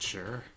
Sure